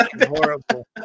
horrible